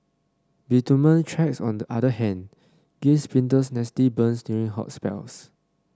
bitumen tracks on the other hand gave sprinters nasty burns during hot spells